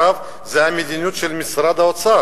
לצערנו הרב, זו המדיניות של משרד האוצר.